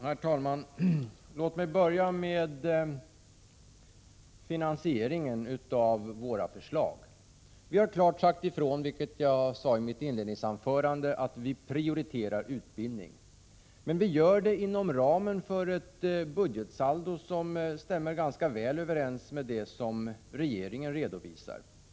Herr talman! Låt mig börja med finansieringen av våra förslag. Vi har klart sagt ifrån, vilket jag sade i mitt inledningsanförande, att vi prioriterar utbildning. Vi gör det inom ramen för ett budgetsaldo som stämmer ganska väl överens med det som regeringen redovisar.